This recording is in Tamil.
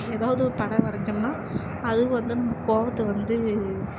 ஏதாவது ஒரு படம் வரைஞ்சோம்னா அதுவும் வந்து நம்ம கோபத்த வந்து